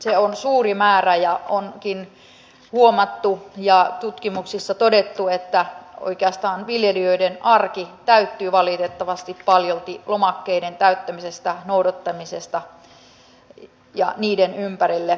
se on suuri määrä ja onkin huomattu ja tutkimuksissa todettu että oikeastaan viljelijöiden arki täyttyy valitettavasti paljolti lomakkeiden täyttämisestä noudattamisesta ja niiden ympärillä